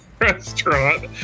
restaurant